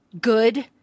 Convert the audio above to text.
good